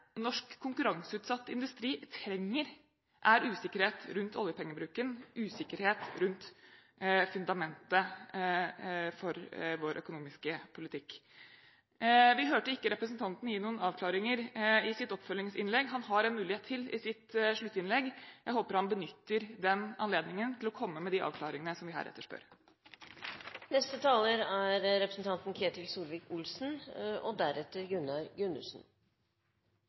norsk konkurranseutsatt industri trenger, er usikkerhet rundt oljepengebruken og usikkerhet rundt fundamentet for vår økonomiske politikk. Vi hørte ikke representanten gi noen avklaringer i sitt oppfølgingsinnlegg. Han har en mulighet til i sitt sluttinnlegg, og jeg håper han benytter den anledningen til å komme med de avklaringene som vi